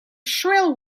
shrill